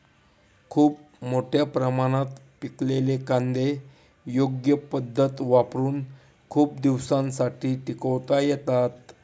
खूप मोठ्या प्रमाणात पिकलेले कांदे योग्य पद्धत वापरुन खूप दिवसांसाठी टिकवता येतात